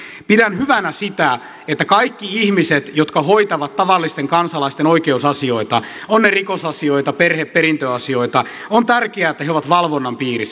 pidän hyvänä ja on tärkeää että kaikki ihmiset jotka hoitavat tavallisten kansalaisten oikeusasioita ovat ne rikosasioita perhe perintöasioita ovat valvonnan piirissä